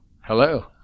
Hello